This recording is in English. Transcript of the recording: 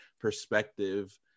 perspective